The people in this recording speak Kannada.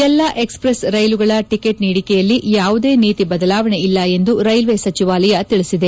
ಎಲ್ಲಾ ಎಕ್ಸ್ಪ್ರೆಸ್ ರೈಲುಗಳ ಟಿಕೆಟ್ ನೀಡಿಕೆಯಲ್ಲಿ ಯಾವುದೇ ನೀತಿ ಬದಲಾವಣೆ ಇಲ್ಲ ಎಂದು ರೈಲ್ವೆ ಸಚಿವಾಲಯ ತಿಳಿಸಿದೆ